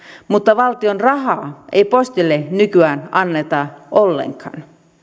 mutta valtion rahaa ei postille nykyään anneta ollenkaan